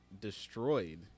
destroyed